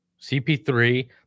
CP3